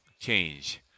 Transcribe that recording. change